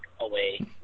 away